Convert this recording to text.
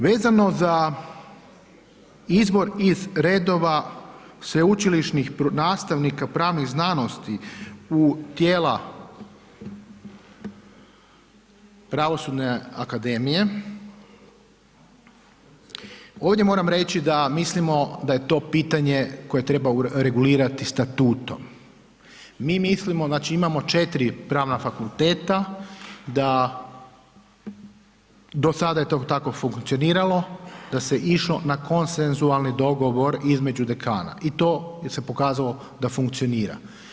Vezano za izbor iz redova sveučilišnih nastavnika pravnih znanosti u tijela pravosudne akademije, ovdje moram reći da mislimo da je to pitanje koje treba regulirati statutom, mi mislimo, znači, imamo 4 Pravna fakulteta, da, do sada je to tako funkcioniralo, da se išlo na konsensualni dogovor između dekana i to se je pokazalo da funkcionira.